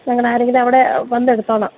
ഞങ്ങളാരെങ്കിലും അവിടെ വന്നെടുത്തോളാം